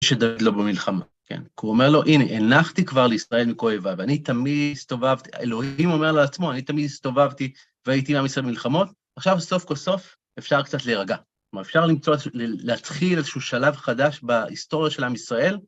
שדד לו במלחמה, כן? כי הוא אומר לו, הנה, הנחתי כבר לישראל מכואביו, ואני תמיד הסתובבתי, אלוהים אומר לעצמו, אני תמיד הסתובבתי והייתי עם עם ישראל במלחמות, עכשיו סוף כל סוף אפשר קצת להירגע. כלומר, אפשר למצוא, להתחיל איזשהו שלב חדש בהיסטוריה של עם ישראל.